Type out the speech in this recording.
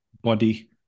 body